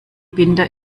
binder